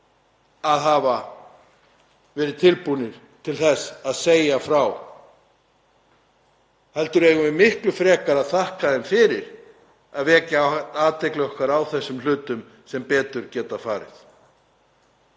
að hafa verið tilbúnir til að segja frá, heldur eigum við miklu frekar að þakka þeim fyrir að vekja athygli okkar á þessum hlutum sem betur geta farið.